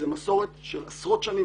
זו מסורת של עשרות שנים,